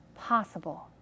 Possible